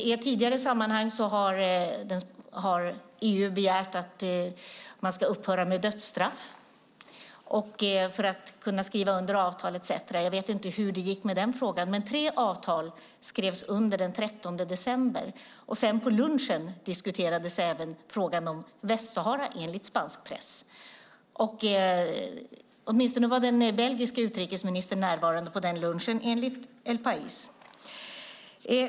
I ett tidigare sammanhang har EU begärt att Marocko ska upphöra med dödsstraff, för att kunna skriva under avtal etcetera. Jag vet inte hur det gick med den frågan, men tre avtal skrevs under den 13 december. På lunchen diskuterades sedan frågan om Västsahara, allt enligt spansk press. Åtminstone var den belgiske utrikesministern närvarande vid den lunchen, enligt El País.